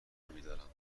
میدارند